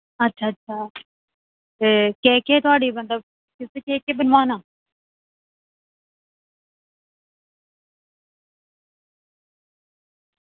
अच्छा अच्छा ते तुसें केह् केह् तुआढ़ी मतलब तुसें केह् केह् बनवाना